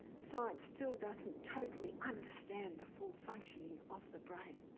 science still doesn't totally understand the full functioning of the brain.